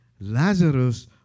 Lazarus